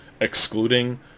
excluding